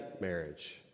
marriage